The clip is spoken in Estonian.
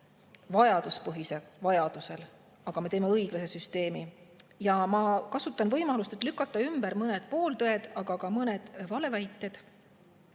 vajaduspõhise, aga me teeme õiglase süsteemi. Ja ma kasutan võimalust, et lükata ümber mõned pooltõed ja ka mõned valeväited.